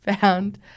found